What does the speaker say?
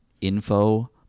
info